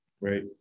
right